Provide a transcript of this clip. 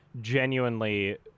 genuinely